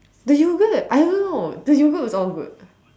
the yogurt I don't know the yogurt was all good